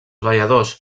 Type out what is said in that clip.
balladors